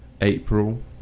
april